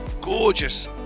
gorgeous